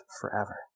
forever